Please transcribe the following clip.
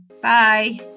Bye